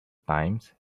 times